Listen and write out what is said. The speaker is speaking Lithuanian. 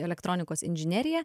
elektronikos inžinerija